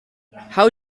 how